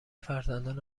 فرزندان